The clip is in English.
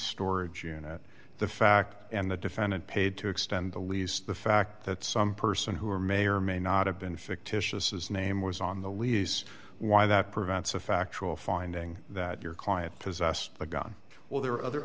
storage unit the fact and the defendant paid to extend the lease the fact that some person who or may or may not have been fictitious his name was on the lease why that prevents a factual finding that your client possessed a gun well there are other